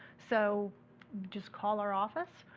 so just call our office.